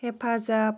हेफाजाब